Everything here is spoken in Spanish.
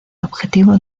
objetivo